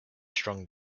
strong